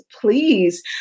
please